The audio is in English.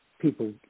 people